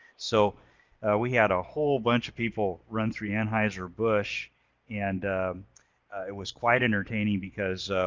so we had a whole bunch of people run through anheuser-busch and it was quite entertaining because